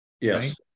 Yes